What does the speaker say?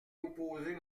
opposer